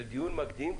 של דיון מקדים,